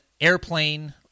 airplane